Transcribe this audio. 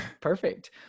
Perfect